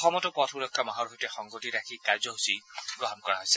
অসমতো পথ সুৰক্ষা মাহৰ সৈতে সংগতি ৰাখি কাৰ্যসূচী গ্ৰহণ কৰা হৈছে